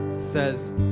Says